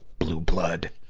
blue-blood!